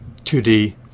2D